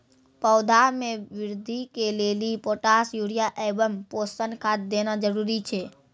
पौधा मे बृद्धि के लेली पोटास यूरिया एवं पोषण खाद देना जरूरी छै?